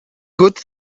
good